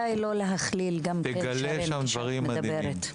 אולי גם כדאי לא להכליל כשאת מדברת, שרן.